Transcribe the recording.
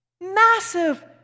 Massive